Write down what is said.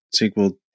SQL